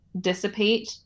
dissipate